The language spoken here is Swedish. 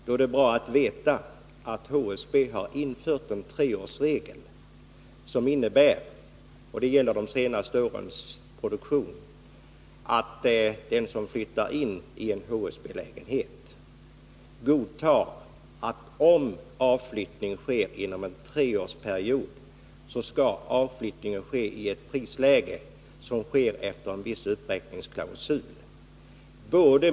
Då är det bra att veta att HSB har infört en treårsregel som innebär — och det gäller de senaste årens produktion — att den som flyttar in i en HSB-lägenhet godtar att om avflyttning sker inom en treårsperiod, så skall priset vid avflyttningen beräknas enligt en viss beräkningsklausul.